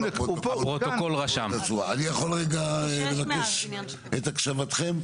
אני יכול רגע לבקש את הקשבתכם?